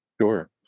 Sure